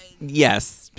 Yes